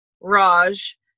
Raj